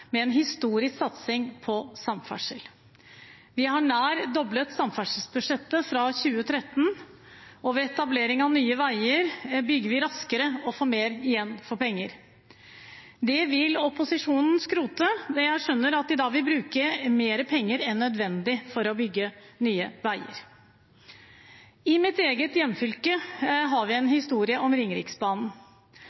med en historisk satsing på samferdsel. Vi har nær doblet samferdselsbudsjettet fra 2013, og ved etableringen av Nye Veier bygger vi raskere og får mer igjen for pengene. Det vil opposisjonen skrote. Jeg skjønner at de da vil bruke mer penger enn nødvendig for å bygge nye veier. I mitt eget hjemfylke har vi en